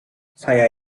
saya